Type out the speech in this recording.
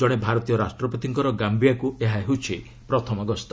ଜଣେ ଭାରତୀୟ ରାଷ୍ଟ୍ରପତିଙ୍କର ଗାୟିଆକୁ ଏହା ହେଉଛି ପ୍ରଥମ ଗସ୍ତ